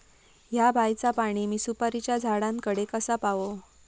हया बायचा पाणी मी सुपारीच्या झाडान कडे कसा पावाव?